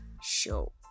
show